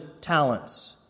talents